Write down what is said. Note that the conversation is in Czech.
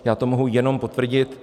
Já to mohu jenom potvrdit.